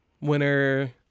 winner